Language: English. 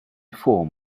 form